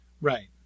Right